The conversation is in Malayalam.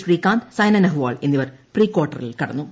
ശ്രീകാന്ത് സൈന നെഹ്വാൾ എന്നിവർ പ്രീ കാർട്ടറിൽ കടന്നു